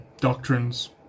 doctrines